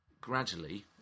gradually